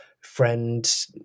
friend